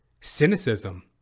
cynicism